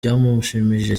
byamushimishije